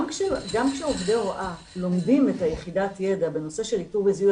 גם כשעובדי הוראה לומדים את יחידת הידע בנושא של איתור וזיהוי,